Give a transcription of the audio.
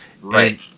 Right